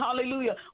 hallelujah